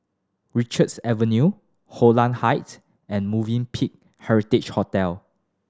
Richards Avenue Holland Heights and Movenpick Heritage Hotel